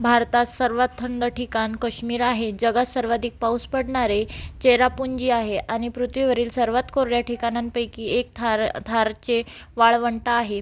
भारतात सर्वात थंड ठिकाण काश्मीर आहे जगात सर्वाधिक पाऊस पडणारे चेरापुंजी आहे आणि पृथ्वीवरील सर्वात कोरड्या ठिकाणांपैकी एक थार थारचे वाळवंट आहे